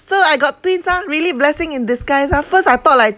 so I got twins ah really blessing in disguise ah first I thought like